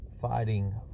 fighting